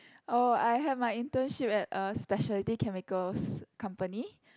oh I had my internship at a specialty chemicals company